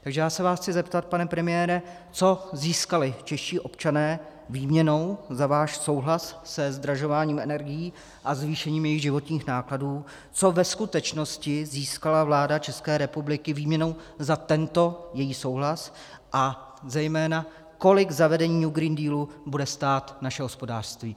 Takže já se vás chci zeptat, pane premiére, co získali čeští občané výměnou za váš souhlas se zdražováním energií a zvýšením jejich životních nákladů, co ve skutečnosti získala vláda České republiky výměnou za tento svůj souhlas, a zejména, kolik zavedení New Green Deal bude stát naše hospodářství.